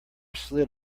slid